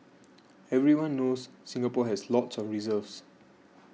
everyone knows Singapore has lots of reserves